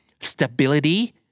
stability